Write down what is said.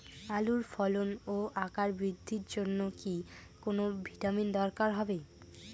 আলুর ফলন ও আকার বৃদ্ধির জন্য কি কোনো ভিটামিন দরকার হবে?